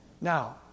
Now